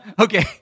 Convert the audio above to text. Okay